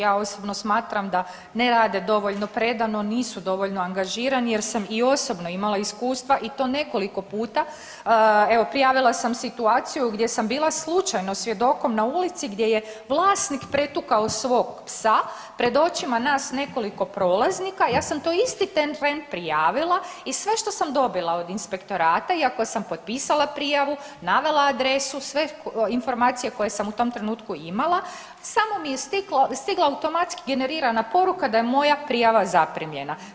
Ja osobno smatram da ne rade dovoljno predano, nisu dovoljno angažirani jer sam i osobno imala iskustva i to nekoliko puta, prijavila sam situaciju gdje sam bila slučajno svjedokom na ulici gdje je vlasnik pretukao svog psa pred očima nas nekoliko prolaznika, ja sam to isti ... prijavila i sve što sam dobila od Inspektorata, iako sam potpisala prijavu, navela adresu, sve informacije koje sam u tom trenutku imala, samo mi je stigla automatski generirana poruka da je moja prijava zaprimljena.